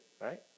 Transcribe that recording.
right